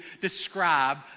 describe